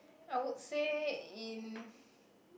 I would say in